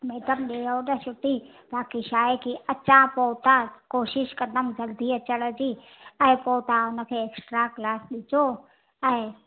madam ॾियो त छुटी बाक़ी छाहे कि अचां पोइ हुतां कोशिशि कंदमि जल्दी अचण जी ऐं पोइ तव्हां हुनखे एक्सट्रा क्लासिस ॾिजो ऐं